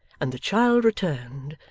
and the child returned,